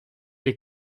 les